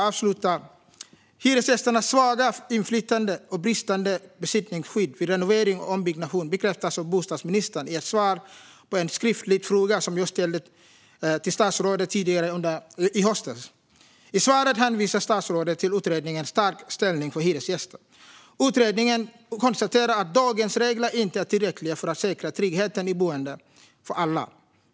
Avslutningsvis: Hyresgästernas svaga inflytande och bristande besittningsskydd vid renovering och ombyggnation bekräftas av bostadsministern i ett svar på en skriftlig fråga som jag ställde till statsrådet tidigare i höstas. I svaret hänvisar statsrådet till utredningen Stärkt ställning för hyresgäster . Utredningen konstaterar att dagens regler inte är tillräckliga för att säkra tryggheten i boendet för alla.